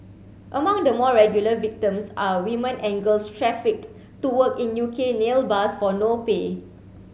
among the more regular victims are women and girls trafficked to work in U K nail bars for no pay